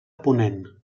ponent